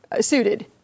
suited